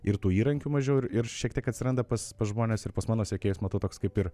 ir tų įrankių mažiau ir ir šiek tiek atsiranda pas pas žmones ir pas mano sekėjus matau toks kaip ir